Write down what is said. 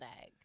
egg